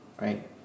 Right